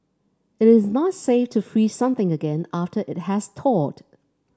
it is not safe to freeze something again after it has thawed